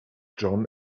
john